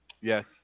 yes